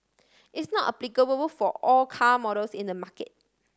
it's not applicable for all car models in the market